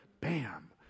bam